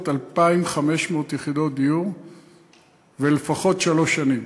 2,500 יחידות דיור ולפחות שלוש שנים.